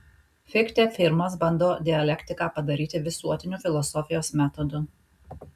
fichtė pirmas bando dialektiką padaryti visuotiniu filosofijos metodu